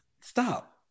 Stop